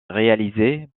réalisé